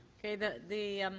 okay. the the